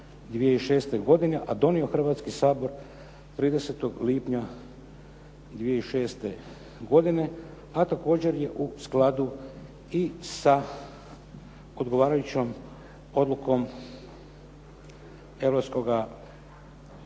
a donio Hrvatski sabor 30. lipnja 2006. godine, a također je u skladu i sa odgovarajućom odlukom Europskog parlamenta.